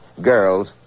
Girls